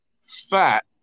fat